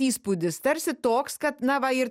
įspūdis tarsi toks kad na va ir